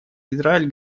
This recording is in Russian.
израиль